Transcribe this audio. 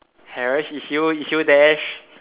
hash is you is you there